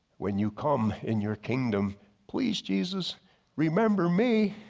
when you come in your kingdom please jesus remember me.